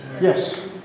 Yes